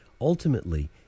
Ultimately